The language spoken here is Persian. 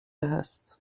هست